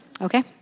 Okay